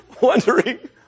wondering